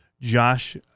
Josh